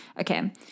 Okay